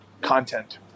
content